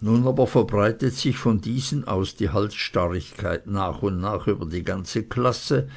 nun aber verbreitet sich von diesen aus die halsstarrigkeit nach und nach über die ganze klasse